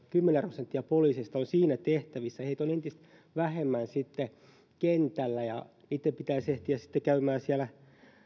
kymmenen prosenttia poliiseista on siinä tehtävässä heitä on entistä vähemmän sitten kentällä ja heidän pitäisi ehtiä sitten käymään siellä